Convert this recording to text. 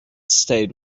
stayed